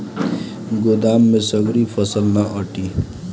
गोदाम में सगरी फसल ना आटी